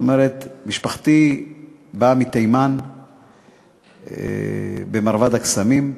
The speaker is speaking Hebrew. משפחתי באה מתימן ב"מרבד הקסמים".